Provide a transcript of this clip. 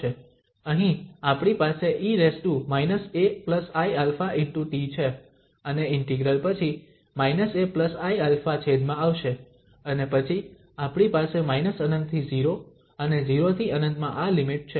અહીં આપણી પાસે e aiαt છે અને ઇન્ટિગ્રલ પછી −aiα છેદમાં આવશે અને પછી આપણી પાસે −∞ થી 0 અને 0 થી ∞ માં આ લિમિટ છે